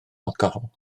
alcohol